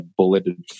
bulleted